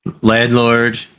landlord